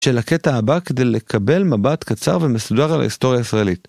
של הקטע הבא כדי לקבל מבט קצר ומסודר על ההיסטוריה הישראלית.